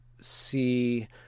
see